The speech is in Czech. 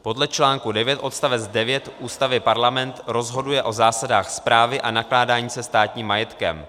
Podle čl. 9 odst. 9 ústavy parlament rozhoduje o zásadách správy a nakládání se státním majetkem.